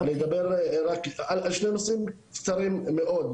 לגבי רק שני נושאים קצרים מאד,